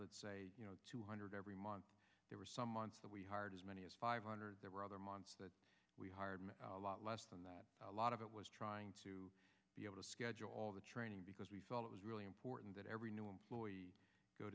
say two hundred every month there were some months that we hired as many as five hundred there were other months that we hired a lot less than that a lot of it was trying to be able to schedule all the training because we felt it was really important that every new employee go